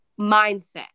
mindset